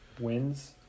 Wins